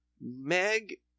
Meg